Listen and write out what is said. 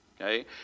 okay